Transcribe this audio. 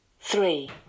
Three